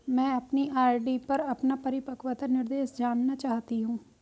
मैं अपनी आर.डी पर अपना परिपक्वता निर्देश जानना चाहती हूँ